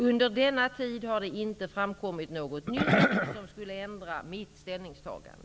Under denna tid har det inte framkommit något nytt som skulle ändra mitt ställningstagande.